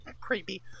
Creepy